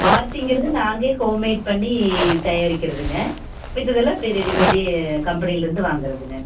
ஆர்த்திங்கிறது நாங்களே ஹோம்மேட் பண்ணி தயாரிக்கிறதுங்க மத்ததெல்லாம் இப்படி ரெடிமேடு கம்பெனிலருந்து வாங்குறதுங்க